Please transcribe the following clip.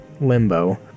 limbo